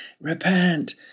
repent